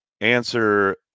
answer